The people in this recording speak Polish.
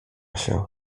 się